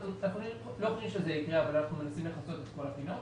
אנחנו לא חושבים שזה יקרה אבל אנחנו מנסים לכסות את כל הפינות,